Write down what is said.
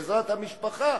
בעזרת המשפחה,